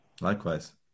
Likewise